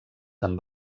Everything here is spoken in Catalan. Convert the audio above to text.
amb